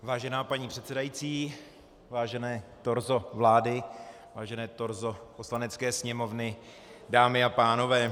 Vážená paní předsedající, vážené torzo vlády, vážené torzo Poslanecké sněmovny, dámy a pánové.